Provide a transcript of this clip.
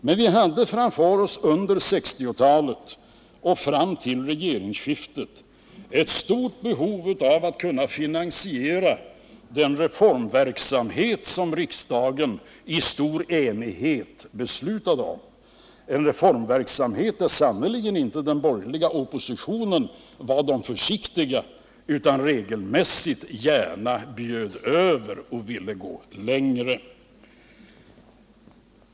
Under 1960-talet och fram till regeringsskiftet hade vi ett stort behov av att kunna finansiera den reformverksamhet som riksdagen i stor enighet beslutade om, en reformverksamhet där den borgerliga oppositionen sannerligen inte var försiktig utan regelmässigt gärna bjöd över och ville gå längre.